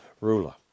ruler